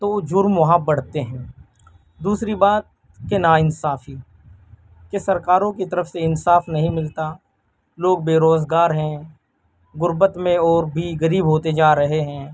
تو وہ جرم وہاں بڑھتے ہیں دوسری بات کہ ناانصافی کہ سرکاروں کی طرف سے انصاف نہیں ملتا لوگ بے روزگار ہیں غربت میں اور بھی غریب ہوتے جا رہے ہیں